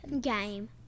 game